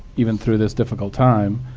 even through this difficult time,